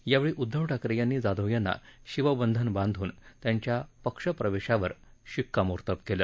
यावेळी उद्धव ठाकरे यांनी जाधव यांना शिवबंधन बांधून त्यांच्या पक्षप्रवेशावर शिक्कामोर्तब केलं